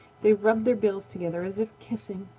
they rubbed their bills together as if kissing.